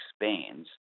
expands